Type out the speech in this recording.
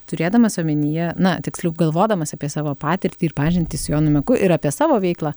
turėdamas omenyje na tiksliau galvodamas apie savo patirtį ir pažintį su jonu meku ir apie savo veiklą